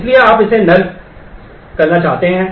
इसलिए आप इसे null करना चाहते हैं